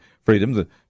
freedom